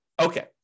Okay